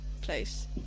place